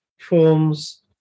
forms